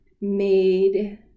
made